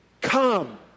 Come